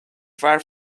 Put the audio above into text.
fair